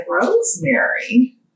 rosemary